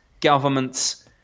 government's